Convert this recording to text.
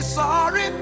sorry